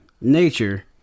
Nature